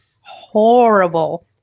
Horrible